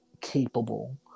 capable